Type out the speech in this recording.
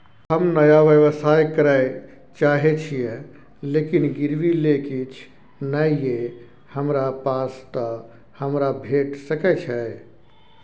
हम नया व्यवसाय करै चाहे छिये लेकिन गिरवी ले किछ नय ये हमरा पास त हमरा भेट सकै छै?